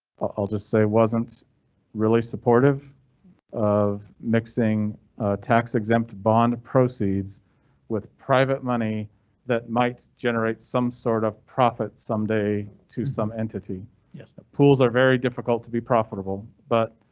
i'll just say wasn't really supportive of mixing tax exempt bond proceeds with private money that might generate some sort of profit someday to some entity yeah pools are very difficult to be profitable, but